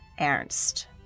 Ernst